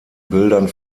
bildern